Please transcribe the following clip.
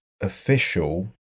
official